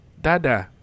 Dada